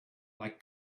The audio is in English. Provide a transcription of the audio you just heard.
like